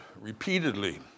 repeatedly